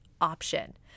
option